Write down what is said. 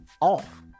off